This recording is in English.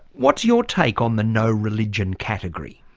what's your take on the no-religion category?